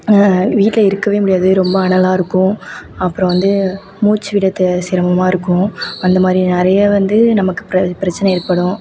வீட்டில் இருக்கவே முடியாது ரொம்ப அனலாக இருக்கும் அப்புறம் வந்து மூச்சு விட த சிரமமாக இருக்கும் அந்த மாதிரி நிறைய வந்து நமக்கு பிர பிரச்சனை ஏற்படும்